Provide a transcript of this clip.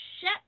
shut